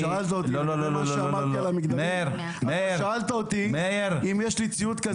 כשדיברתי על המגדלים שאלת אותי אם יש לי ציוד כזה.